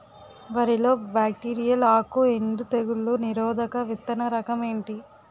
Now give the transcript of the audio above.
వరి లో బ్యాక్టీరియల్ ఆకు ఎండు తెగులు నిరోధక విత్తన రకం ఏంటి?